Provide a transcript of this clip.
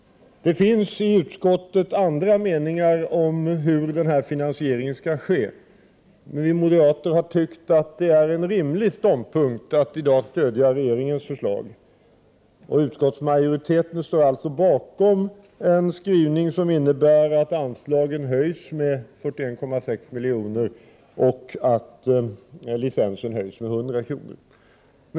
Det finns i utskottet andra meningar om hur denna finansiering skall ske. Vi moderater har tyckt att det är en rimlig ståndpunkt att i dag stödja regeringens förslag. Utskottsmajoriteten står bakom en skrivning som innebär att anslaget höjs med 41,6 miljoner och att licensen höjs med 100 kr.